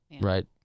right